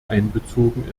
einbezogen